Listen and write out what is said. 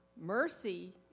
mercy